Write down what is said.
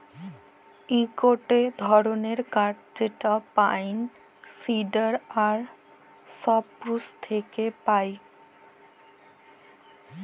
ইকটো ধরণের কাঠ যেটা পাইন, সিডার আর সপ্রুস থেক্যে পায়